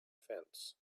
fence